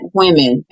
women